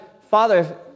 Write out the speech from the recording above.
Father